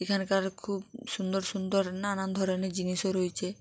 এখানকার খুব সুন্দর সুন্দর নানান ধরনের জিনিসও রয়েছে